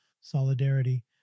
solidarity